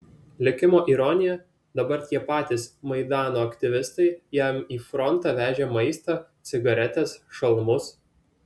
likimo ironija dabar tie patys maidano aktyvistai jam į frontą vežė maistą cigaretes šalmus